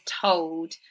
told